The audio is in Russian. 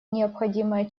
необходимая